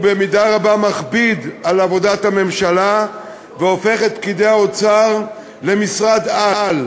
במידה רבה על עבודת הממשלה והופך את פקידי האוצר למשרד-על,